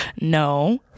No